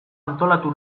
antolatu